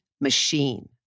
Machine